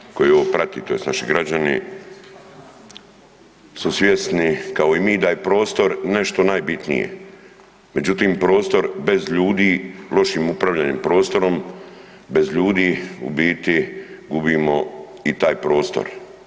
Narod koji ovo prati tj. naši građani su svjesni kao i mi da je prostor nešto najbitnije, međutim prostor bez ljudi, lošim upravljanjem prostorom bez ljudi u biti gubimo i taj prostor.